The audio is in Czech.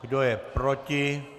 Kdo je proti?